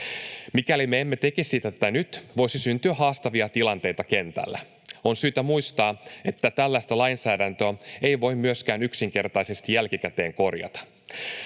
Mikäli me emme tekisi tätä nyt, voisi syntyä haastavia tilanteita kentällä. On syytä muistaa, että tällaista lainsäädäntöä ei voi myöskään yksinkertaisesti jälkikäteen korjata.